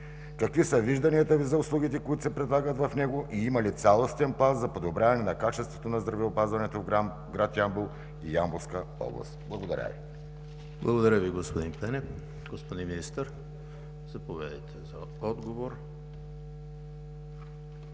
Какви са вижданията Ви за услугите, които се предлагат в него, и има ли цялостен план за подобряване на качеството на здравеопазването в град Ямбол и Ямболска област? Благодаря Ви. ПРЕДСЕДАТЕЛ ЕМИЛ ХРИСТОВ: Благодаря Ви, господин Пенев. Господин Министър, заповядайте за отговор.